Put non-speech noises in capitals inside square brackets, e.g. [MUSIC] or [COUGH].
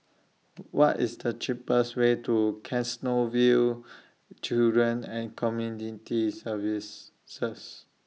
What IS The cheapest Way to Canossaville Children and Community Service [UNINTELLIGIBLE]